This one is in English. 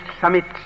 summits